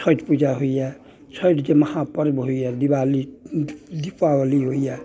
छठि पूजा होइया छठि जे महापर्व होइया दीवाली दीपावली होइया